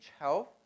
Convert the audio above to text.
health